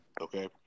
okay